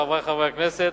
חברי חברי הכנסת,